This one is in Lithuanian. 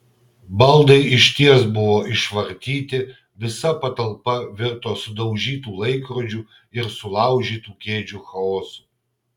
baldai išties buvo išvartyti visa patalpa virto sudaužytų laikrodžių ir sulaužytų kėdžių chaosu